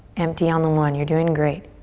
empty on the one. you're doing great.